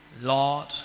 Lord